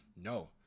No